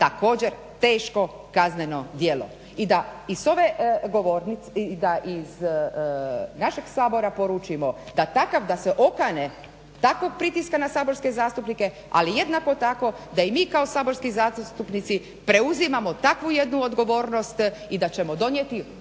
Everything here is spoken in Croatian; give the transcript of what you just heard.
također teško kazneno djelo. I da i s ove govornice, da iz našeg Sabora poručimo da takav, da se okane takvog pritiska na saborske zastupnike. Ali jednako tako da i mi kao saborski zastupnici preuzimamo takvu jednu odgovornost i da ćemo donijeti ove izmjene